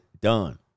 done